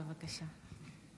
בבקשה.